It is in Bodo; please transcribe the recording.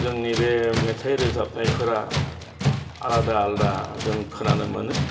जोंनि बे मेथाइ रोजाबनायफ्रा आलादा आलदा जों खोनानो मोनो